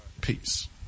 Peace